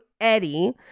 Eddie